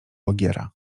ogiera